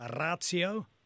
Ratio